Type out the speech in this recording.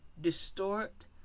distort